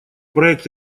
проект